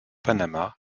panama